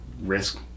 risk